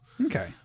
Okay